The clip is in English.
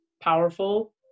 powerful